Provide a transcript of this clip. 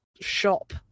shop